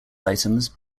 items